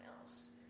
else